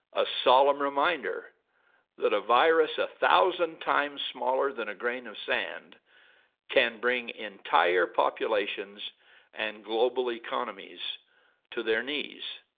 a solemn reminder that a virus one thousand times smaller than a grain of sand can bring entire populations and global economies to their knees.